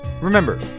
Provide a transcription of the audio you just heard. remember